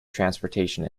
transportation